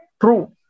True